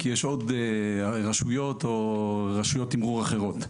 כי יש עוד רשויות או רשויות תמרור אחרות.